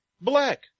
black